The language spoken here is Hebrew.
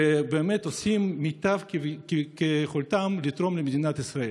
ובאמת עושים כמיטב יכולתם לתרום למדינת ישראל.